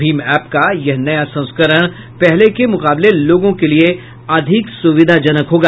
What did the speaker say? Bhim app का यह नया संस्करण पहले के मुकाबले लोगों के लिए अधिक सुविधाजनक होगा